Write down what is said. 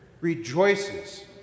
rejoices